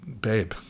babe